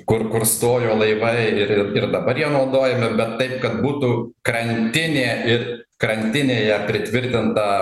kur kursojo laivai ir ir dabar jie naudojami bent taip kad būtų krantinė ir krantinėje pritvirtinta